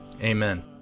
Amen